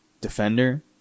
defender